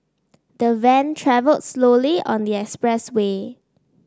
the van travelled slowly on the expressway